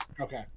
okay